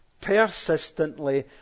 persistently